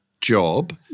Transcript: job